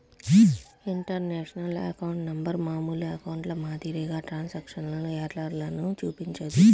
international account number మామూలు అకౌంట్ల మాదిరిగా ట్రాన్స్క్రిప్షన్ ఎర్రర్లను చూపించదు